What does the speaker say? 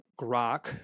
grok